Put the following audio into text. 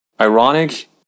ironic